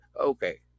Okay